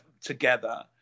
together